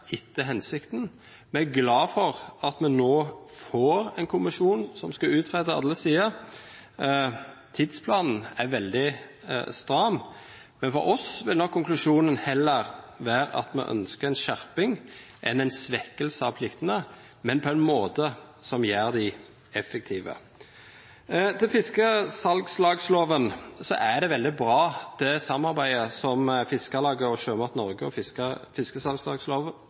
etter hensikten. Vi er glade for at vi nå får en kommisjon som skal utrede alle sider. Tidsplanen er veldig stram, men for oss vil nok konklusjonen være at vi ønsker en skjerping heller enn en svekkelse av pliktene, men på en måte som gjør dem effektive. Til sist – salgslagsloven: Det samarbeidet som Fiskarlaget, Sjømat Norge og